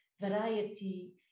variety